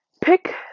Pick